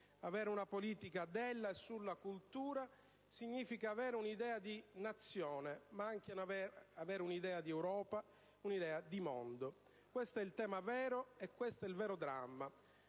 Avere una politica della e sulla cultura significa avere un'idea di Nazione, ma anche avere un'idea di Europa, un'idea di mondo. Questo è il tema vero, e questo è il vero dramma.